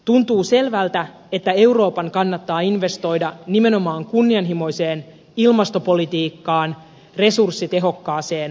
tuntuu selvältä että euroopan kannattaa investoida nimenomaan kunnianhimoiseen ilmastopolitiikkaan resurssitehokkaaseen talouteen